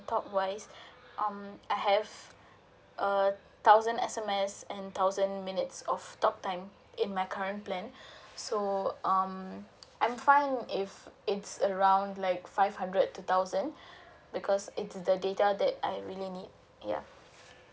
talk wise um I have a thousand S_M_S and thousand minutes of talk time in my current plan so um I'm fine if it's around like five hundred to thousand because it's the data that I really need yeah